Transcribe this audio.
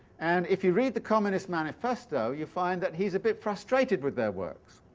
and if you read the communist manifesto, you find that he's a bit frustrated with their works.